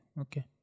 Okay